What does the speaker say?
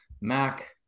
Mac